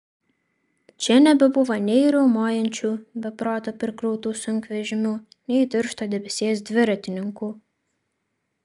čia nebebuvo nei riaumojančių be proto prikrautų sunkvežimių nei tiršto debesies dviratininkų